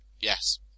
Yes